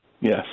Yes